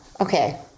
okay